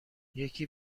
یکی